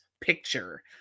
Picture